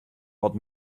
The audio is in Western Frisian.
wat